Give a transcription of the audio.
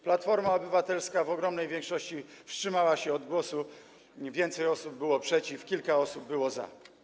Platforma Obywatelska w ogromnej większości wstrzymała się wtedy od głosu, więcej osób było przeciw, kilka osób było za.